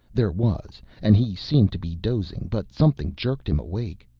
there was, and he seemed to be dozing, but something jerked him awake.